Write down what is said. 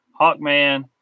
Hawkman